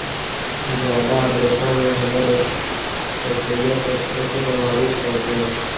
जादा आद्रता में हमर सरसोईय के कैसे प्रभावित करतई?